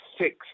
six